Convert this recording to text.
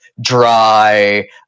dry